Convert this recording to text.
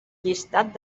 llistat